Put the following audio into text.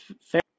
fair